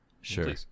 Sure